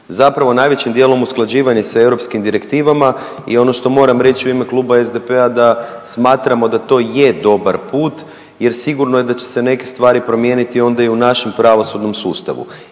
zapravo najvećim dijelom usklađivanje sa europskim direktivama. I ono što moram reći u ime Kluba SDP-a da smatramo da to je dobar put jer sigurno je da će se neke stvari promijeniti onda i u našem pravosudnom sustavu.